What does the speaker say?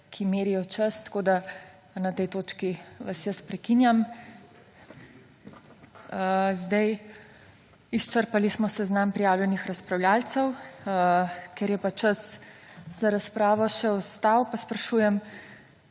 ki merijo čas – tako vas na tej točki prekinjam. Izčrpali smo seznam prijavljenih razpravljavcev. Ker je pa čas za razpravo še ostal, sprašujem